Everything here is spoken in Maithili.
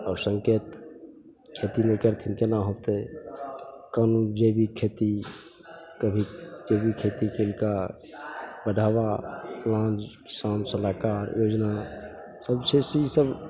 आओर सङ्केत खेती नहि करथिन कोना होतै कोनो जे भी खेती अभी कभी जे भी खेती कएलका बढ़ावा शाम से लैके योजना सब छै इसी सब